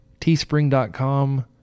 teespring.com